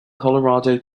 colorado